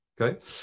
Okay